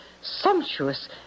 sumptuous